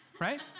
Right